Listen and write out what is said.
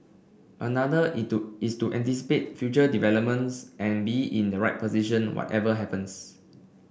another is to is to anticipate future developments and be in the right position whatever happens